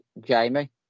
Jamie